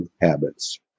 habits